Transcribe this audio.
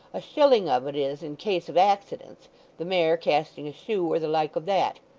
a shilling of it is in case of accidents the mare casting a shoe, or the like of that.